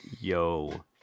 Yo